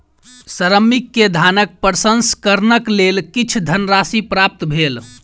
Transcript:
श्रमिक के धानक प्रसंस्करणक लेल किछ धनराशि प्राप्त भेल